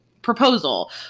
proposal